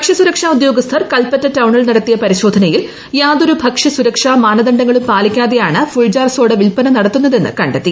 ഭക്ഷ്യ സുരക്ഷാ ഉദ്യോഗസ്ഥർ കൽപ്പറ്റ ടൌണിൽ നടത്തിയ പരിശോധനയിൽ യാതൊരു ഭക്ഷ്യ സുരക്ഷാ മാനദണ്ഡങ്ങളും പാലിക്കാതെയാണ് ഫുൾ ജാർ സോഡ വിൽപ്പന നടത്തുന്നതെന്ന് കണ്ടെത്തി